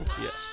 yes